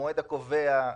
המועד הקובע,